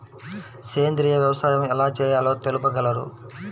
సేంద్రీయ వ్యవసాయం ఎలా చేయాలో తెలుపగలరు?